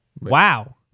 Wow